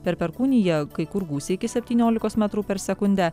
per perkūniją kai kur gūsiai iki septyniolikos metrų per sekundę